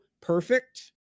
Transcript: perfect